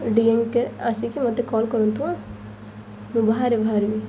D N K ଆସିକି ମୋତେ call କରନ୍ତୁ ମୁଁ ବାହାରେ ବାହାରିବି